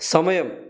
സമയം